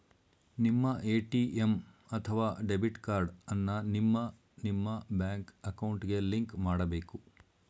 ನಿಮ್ಮ ಎ.ಟಿ.ಎಂ ಅಥವಾ debit card ಅನ್ನ ನಿಮ್ಮ ನಿಮ್ಮ ಬ್ಯಾಂಕ್ ಅಕೌಂಟ್ಗೆ ಲಿಂಕ್ ಮಾಡಬೇಕು